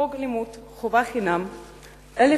חוק לימוד חובה חינם מ-1949,